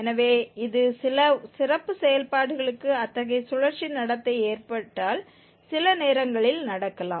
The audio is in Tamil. எனவே இது சில சிறப்பு செயல்பாடுகளுக்கு அத்தகைய சுழற்சி நடத்தை ஏற்பட்டால் சில நேரங்களில் நடக்கலாம்